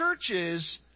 churches